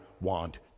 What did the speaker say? want